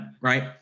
right